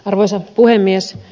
arvoisa puhemies